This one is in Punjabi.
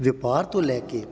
ਵਪਾਰ ਤੋਂ ਲੈ ਕੇ